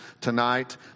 tonight